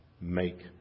make